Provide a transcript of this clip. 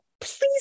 please